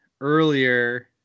earlier